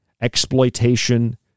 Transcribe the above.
exploitation